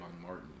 Martin